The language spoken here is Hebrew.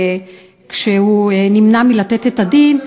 כשהוא נמנע מלתת את הדין,